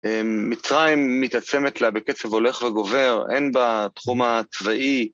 מצרים מתעצמת לה בקצב הולך וגובר, הן בתחום הצבאי